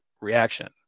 reaction